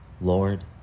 Lord